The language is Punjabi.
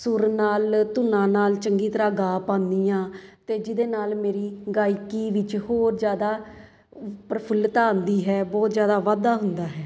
ਸੁਰ ਨਾਲ ਧੁਨਾਂ ਨਾਲ ਚੰਗੀ ਤਰ੍ਹਾਂ ਗਾ ਪਾਉਂਦੀ ਹਾਂ ਅਤੇ ਜਿਹਦੇ ਨਾਲ ਮੇਰੀ ਗਾਇਕੀ ਵਿੱਚ ਹੋਰ ਜ਼ਿਆਦਾ ਪ੍ਰਫੁਲਤਾ ਆਉਂਦੀ ਹੈ ਬਹੁਤ ਜ਼ਿਆਦਾ ਵਾਧਾ ਹੁੰਦਾ ਹੈ